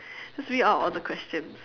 just read out all the questions